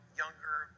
younger